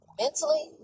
mentally